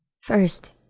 first